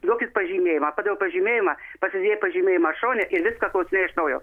duokit pažymėjimą pagal pažymėjimą pasidėjo pažymėjimą šone ir viską klausinėjo iš naujo